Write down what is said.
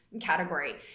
category